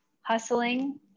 hustling